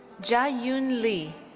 ja yoon lee.